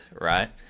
right